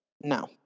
no